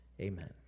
Amen